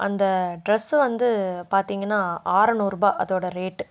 அந்த ட்ரெஸ்ஸு வந்து பார்த்தீங்கன்னா ஆறநூறுபாய் அதோடய ரேட்டு